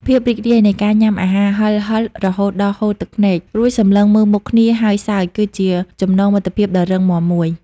ភាពរីករាយនៃការញ៉ាំអាហារហិរៗរហូតដល់ហូរទឹកភ្នែក រួចសម្លឹងមើលមុខគ្នាហើយសើច គឺជាចំណងមិត្តភាពដ៏រឹងមាំមួយ។